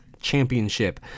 championship